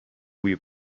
بوی